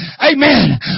amen